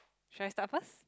should I start first